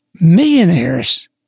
millionaires